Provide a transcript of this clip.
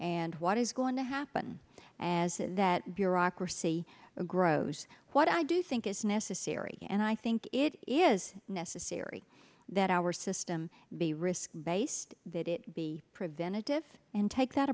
and what is going to happen as that bureaucracy grows what i do think is necessary and i think it is necessary that our system be risk based that it be prevented if and take that